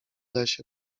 lesie